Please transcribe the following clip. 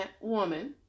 woman